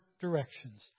directions